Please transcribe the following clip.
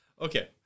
Okay